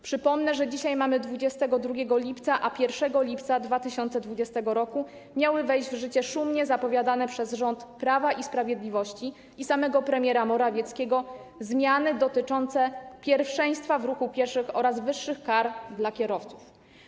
Przypomnę, że dzisiaj mamy 22 lipca, a 1 lipca 2020 r. miały wejść w życie szumnie zapowiadane przez rząd Prawa i Sprawiedliwości i samego premiera Morawieckiego zmiany dotyczące pierwszeństwa w ruchu pieszych oraz wyższych kar dla kierowców.